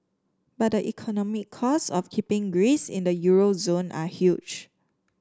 but the economic cost of keeping Greece in the euro zone are huge